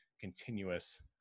continuous